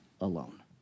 alone